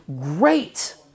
great